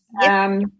Yes